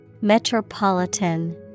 Metropolitan